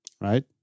right